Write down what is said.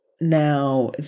Now